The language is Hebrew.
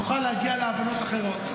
נוכל להגיע להבנות אחרות.